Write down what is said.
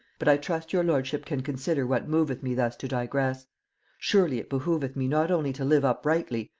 but i trust your lordship can consider what moveth me thus to digress surely it behoveth me not only to live uprightly,